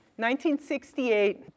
1968